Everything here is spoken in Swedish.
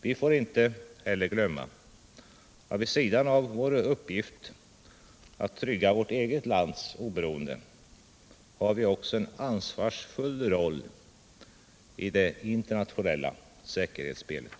Vi får inte heller glömma att vid sidan av vår uppgift att skydda vårt eget lands oberoende har vi också en ansvarsfull roll i det internationella säkerhetsspelet.